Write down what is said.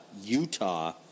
Utah